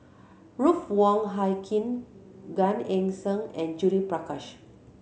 Ruth Wong Hie King Gan Eng Seng and Judith Prakash